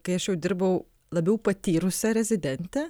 kai aš jau dirbau labiau patyrusia rezidente